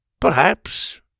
Perhaps